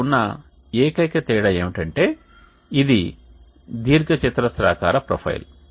ఇక్కడ ఉన్న ఏకైక తేడా ఏమిటంటే ఇది దీర్ఘచతురస్రాకార ప్రొఫైల్